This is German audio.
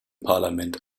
parlament